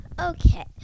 Okay